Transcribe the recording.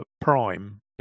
Prime